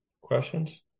questions